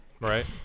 Right